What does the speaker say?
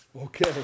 okay